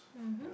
yeah